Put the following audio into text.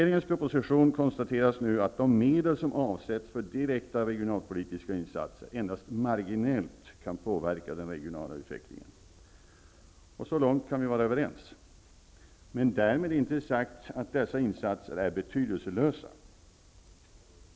I propositionen konstateras nu att de medel som avsätts för direkta regionalpolitiska insatser endast marginellt kan påverka den regionala utvecklingen. Så långt kan vi vara överens. Men därmed är inte sagt att dessa insatser är betydelselösa.